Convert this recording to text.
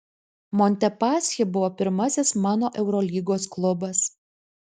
montepaschi buvo pirmasis mano eurolygos klubas